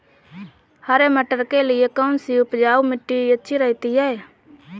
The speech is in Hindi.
हरे मटर के लिए कौन सी उपजाऊ मिट्टी अच्छी रहती है?